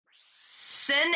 Sin